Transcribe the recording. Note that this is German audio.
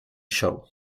show